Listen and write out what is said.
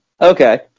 Okay